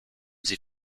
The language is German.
sie